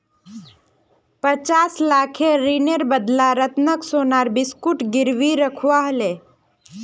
पचास लाखेर ऋनेर बदला रतनक सोनार बिस्कुट गिरवी रखवा ह ले